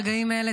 ברגעים אלה,